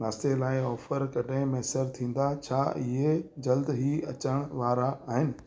नाश्ते लाइ ऑफर कॾहिं मैसर थींदा छा इए जल्द ई अचण वारा आहिनि